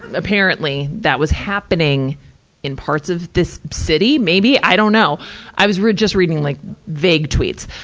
apparently, that was happening in parts of this city, maybe. i dunno. i was re, just reading like vague tweets.